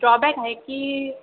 drawback आहे की